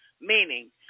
meaning